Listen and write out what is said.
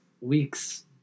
week's